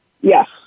Yes